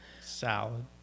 Salad